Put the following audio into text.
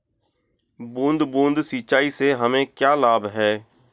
बूंद बूंद सिंचाई से हमें क्या लाभ है?